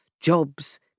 Jobs